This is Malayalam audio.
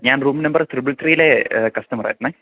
ഞാൻ റൂം നമ്പർ ത്രിബിൾ ത്രീയിലെ കസ്റ്റമറായിരുന്നെ